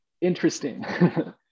interesting